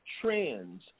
trends